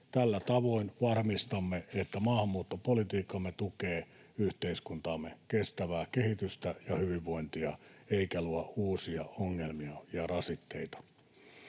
Tällä tavoin varmistamme, että maahanmuuttopolitiikkamme tukee yhteiskuntamme kestävää kehitystä ja hyvinvointia eikä luo uusia ongelmia ja rasitteita.